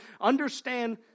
understand